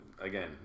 again